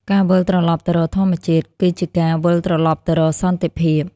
ការវិលត្រឡប់ទៅរកធម្មជាតិ គឺជាការវិលត្រឡប់ទៅរកសន្តិភាព។